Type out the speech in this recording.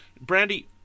Brandy